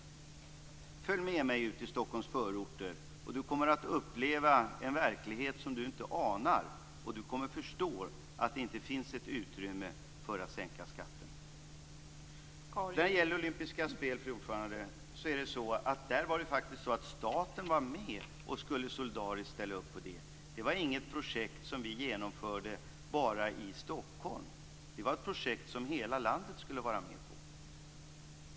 Om Lennart Hedquist följer med mig ut i Stockholms förorter kommer han att få uppleva en verklighet som han inte anar. Han kommer då att förstå att det inte finns utrymme att sänka skatten. När det sedan gäller olympiska spel, fru talman, var det faktiskt så att staten var med och skulle ställa upp solidariskt på det. Det var inget projekt som vi genomförde bara i Stockholm, utan det var ett projekt som hela landet skulle vara med på.